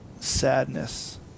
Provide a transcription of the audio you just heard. sadness